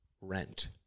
rent